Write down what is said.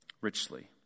richly